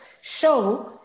show